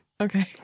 Okay